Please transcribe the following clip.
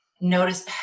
notice